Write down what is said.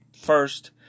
First